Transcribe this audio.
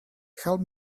help